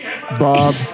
Bob